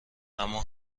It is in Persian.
اما